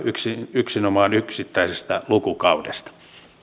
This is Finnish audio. yksinomaan yksittäisestä lukukaudesta